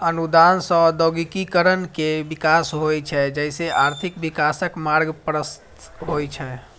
अनुदान सं औद्योगिकीकरण के विकास होइ छै, जइसे आर्थिक विकासक मार्ग प्रशस्त होइ छै